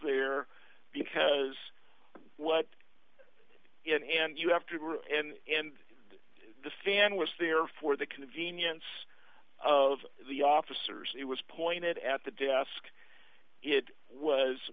there because what in and you have to end and the fan was there for the convenience of the officers it was pointed at the desk it was